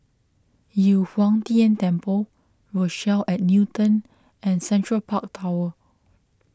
Yu Huang Tian Temple Rochelle at Newton and Central Park Tower